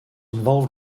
involve